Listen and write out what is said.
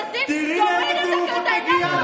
תראי לאיזה טירוף את מגיעה.